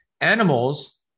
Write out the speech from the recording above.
animals